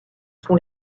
sont